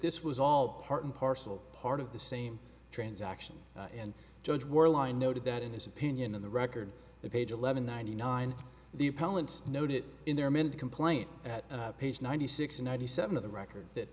this was all part and parcel part of the same transaction and judge were line noted that in his opinion on the record that page eleven ninety nine the appellant noted in their main complaint at page ninety six ninety seven of the record that